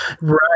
Right